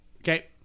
Okay